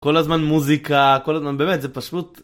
כל הזמן מוזיקה, כל הזמן, באמת, זה פשוט...